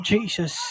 Jesus